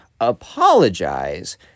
apologize